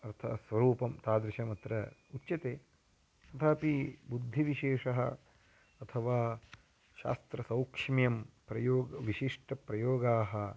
अर्थस्वरूपं तादृशमत्र उच्यते तथापि बुद्धिविशेषः अथवा शास्त्रसौक्ष्म्यं प्रयोगः विशिष्टप्रयोगाः